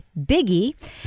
Biggie